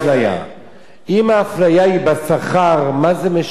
אם האפליה היא בשכר, מה זה משנה אם זה איש או אשה?